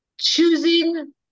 choosing